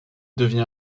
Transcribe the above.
devint